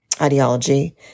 ideology